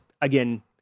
Again